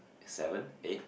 seven eight